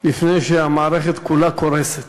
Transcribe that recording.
לפני שהמערכת כולה קורסת.